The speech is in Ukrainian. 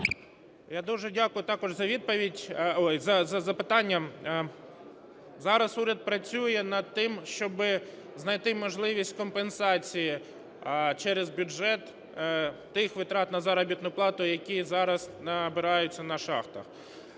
відповідь. Ой, за запитання. Зараз уряд працює над тим, щоби знайти можливість компенсації через бюджет тих витрат на заробітну плату, які зараз набираються на шахтах.